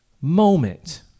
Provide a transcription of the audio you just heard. moment